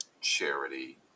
charity